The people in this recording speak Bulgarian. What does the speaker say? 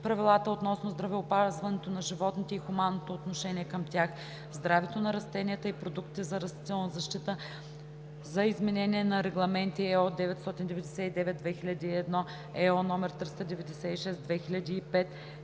правилата относно здравеопазването на животните и хуманното отношение към тях, здравето на растенията и продуктите за растителна защита, за изменение на регламенти (ЕО) № 999/2001, (EО) № 396/2005,